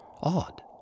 Odd